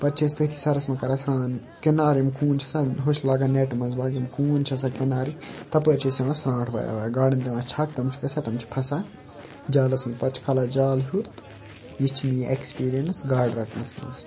پَتہٕ چھِ أسۍ تٔتھی سَرَس منٛز کَران سران کِنارٕ یِم کوٗن چھِ آسان ہوٚچھ لاگان نیٚٹ منٛز باگ یِم کوٗن چھِ آسان کِنارٕکۍ تَپٲرۍ چھِ أسۍ یِوان سرٛانٛٹھ وایان وایان گاڈَن دِوان چھَگ تم چھِ گژھان تٕم چھِ پھَسان جالَس منٛز پَتہٕ چھِ کھالان جال ہیٚور تہِ یہِ چھِ میٛٲنۍ ایٚکٕسپیٖریَنٕس گاڈٕ رَٹنَس منٛز